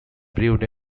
brewed